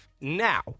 Now